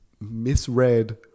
Misread